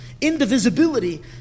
indivisibility